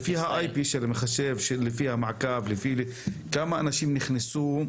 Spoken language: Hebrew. לפי ה-IP של המחשב, לפי המעקב, כמה אנשים נכנסו?